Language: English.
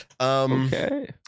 Okay